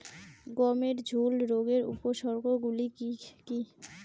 গমের ঝুল রোগের উপসর্গগুলি কী কী?